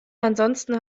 ansonsten